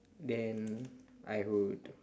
then I would